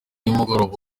y’umugoroba